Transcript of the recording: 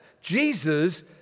Jesus